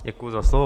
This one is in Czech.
Děkuji za slovo.